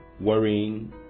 worrying